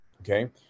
Okay